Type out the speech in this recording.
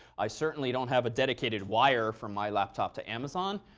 i certainly don't have a dedicated wire from my laptop to amazon.